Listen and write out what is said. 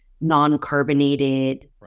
non-carbonated